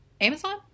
Amazon